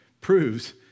proves